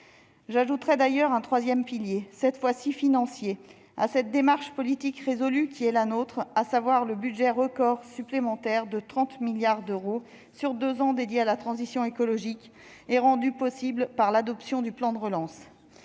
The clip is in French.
J'évoquerai d'ailleurs un troisième pilier, financier celui-là, de la démarche politique résolue qui est la nôtre : le budget record supplémentaire de 30 milliards d'euros sur deux ans dédié à la transition écologique et rendu possible par l'adoption du plan de relance.